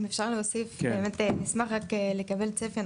אם אפשר להוסיף, באמת אני אשמח רק לקבל צפי.